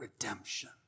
Redemption